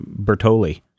Bertoli